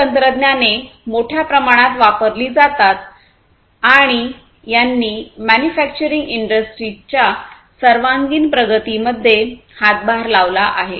ही तंत्रज्ञाने मोठ्या प्रमाणात वापरली जातात आणि यांनी मॅन्युफॅक्चरिंग इंडस्ट्रीजच्या सर्वांगीण प्रगती मध्ये हातभार लावला आहे